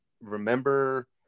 remember